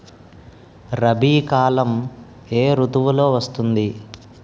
రబీ కాలం ఏ ఋతువులో వస్తుంది?